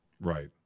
right